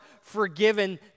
forgiven